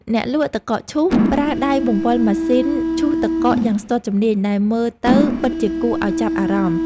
អ្នកលក់ទឹកកកឈូសប្រើដៃបង្វិលម៉ាស៊ីនឈូសទឹកកកយ៉ាងស្ទាត់ជំនាញដែលមើលទៅពិតជាគួរឱ្យចាប់អារម្មណ៍។